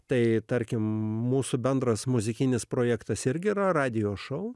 tai tarkim mūsų bendras muzikinis projektas irgi yra radijo šou